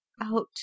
Out